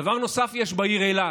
דבר נוסף יש בעיר אילת,